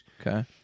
Okay